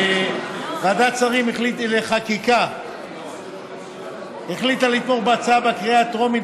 ועדת שרים לחקיקה החליטה לתמוך בהצעה בקריאה הטרומית,